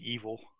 evil